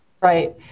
Right